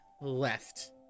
left